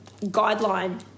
guideline